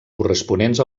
corresponents